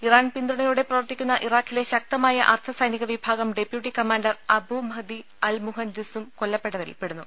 Iran പിന്തുണയോടെ പ്രവർത്തിക്കുന്ന ഇറാഖിലെ ശക്തമായ അർദ്ധസൈനിക വിഭാഗം deputy commander Abu Mahdi al മുഹന്ദിസും കൊല്ലപ്പെട്ടവരിൽപ്പെ ടുന്നു